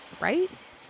right